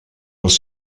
dels